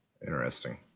Interesting